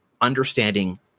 understanding